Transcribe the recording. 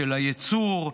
של הייצור,